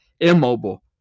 immobile